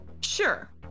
Sure